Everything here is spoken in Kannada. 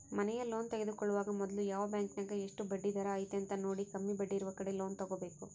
ಮನೆಯ ಲೋನ್ ತೆಗೆದುಕೊಳ್ಳುವಾಗ ಮೊದ್ಲು ಯಾವ ಬ್ಯಾಂಕಿನಗ ಎಷ್ಟು ಬಡ್ಡಿದರ ಐತೆಂತ ನೋಡಿ, ಕಮ್ಮಿ ಬಡ್ಡಿಯಿರುವ ಕಡೆ ಲೋನ್ ತಗೊಬೇಕು